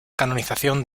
canonización